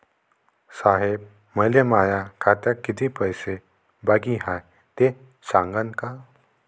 साहेब, मले माया खात्यात कितीक पैसे बाकी हाय, ते सांगान का?